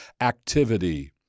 activity